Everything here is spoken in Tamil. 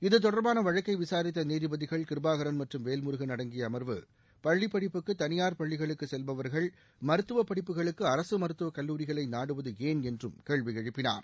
இது தொடர்பான வழக்கை விசாரித்த நீதிபதிகள் கிருபாகரன் மற்றும் வேல்முருகன் அடங்கிய அமர்வு பள்ளிப்படிப்புக்கு தனியார் பள்ளிகளுக்கு செல்பவர்கள் மருத்துவ படிப்புகளுக்கு அரசு மருத்துவக் கல்லூரிகளை நாடுவது ஏன் என்றும் கேள்வி எழுப்பினார்